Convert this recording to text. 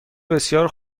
بسیار